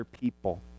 people